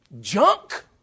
junk